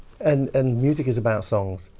and and music is about songs.